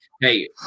hey